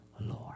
Lord